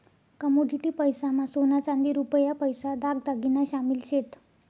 commodity पैसा मा सोना चांदी रुपया पैसा दाग दागिना शामिल शेत